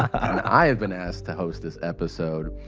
i have been asked to host this episode.